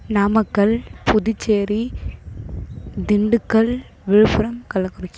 Namakkal Puducherry Dindigul Viluppuram Kallakurichi